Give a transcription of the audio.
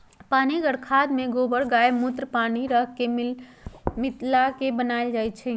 पनीगर खाद में गोबर गायमुत्र आ पानी राख मिला क बनाएल जाइ छइ